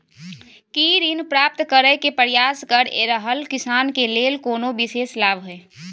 की ऋण प्राप्त करय के प्रयास कए रहल किसान के लेल कोनो विशेष लाभ हय?